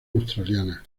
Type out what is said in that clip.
australiana